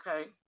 Okay